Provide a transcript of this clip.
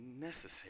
necessary